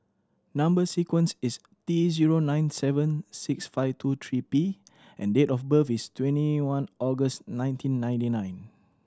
number sequence is T zero nine seven six five two three P and date of birth is twenty one August nineteen ninety nine